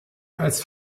als